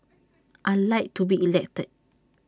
I Like to be elected